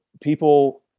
people